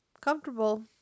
comfortable